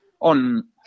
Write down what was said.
On